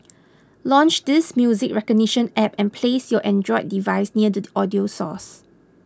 launch this music recognition app and place your Android device near the audio source